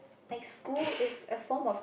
like school is a form of